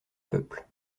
peuple